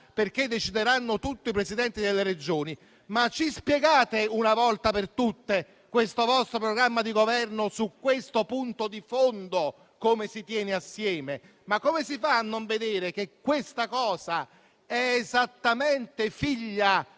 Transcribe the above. perché decideranno tutto i Presidenti delle Regioni, ci spiegate una volta per tutte questo vostro programma di Governo su questo punto di fondo come si terrà assieme? Come si fa a non vedere che questo è esattamente figlio